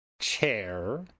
chair